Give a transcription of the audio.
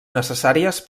necessàries